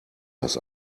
das